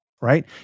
Right